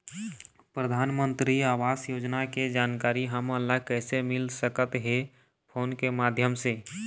परधानमंतरी आवास योजना के जानकारी हमन ला कइसे मिल सकत हे, फोन के माध्यम से?